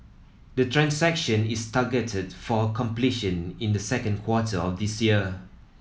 the transaction is targeted for completion in the second quarter of this year